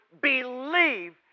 believe